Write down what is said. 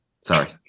Sorry